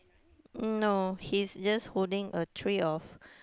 um no he's just holding a tray of